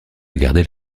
garder